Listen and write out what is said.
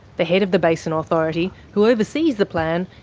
the head of the basin authority, who oversees the plan,